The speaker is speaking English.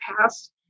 past